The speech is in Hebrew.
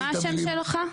מה השם שלך?